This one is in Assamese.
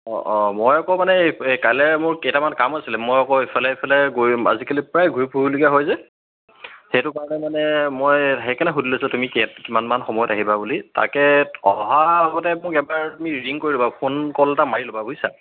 অঁ অঁ মই আকৌ মানে এই কাইলৈ মোৰ কেইটামান কাম আছিলে মই আকৌ ইফালে ইফালে গৈ আজিকালি প্ৰায় ঘূৰি ফুৰিবলগীয়া হয় যে সেইটো কাৰণে মানে মই সেইকাৰণে সুধি লৈছোঁ তুমি কেই কিমানমান সময়ত আহিবা বুলি তাকে অহা আগতে মোক এবাৰ তুমি ৰিং কৰি ল'বা ফোন কল এটা মাৰি ল'বা বুইছা